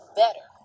better